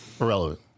Irrelevant